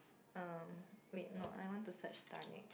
um wait no I want to search darling